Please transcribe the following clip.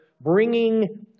bringing